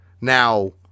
Now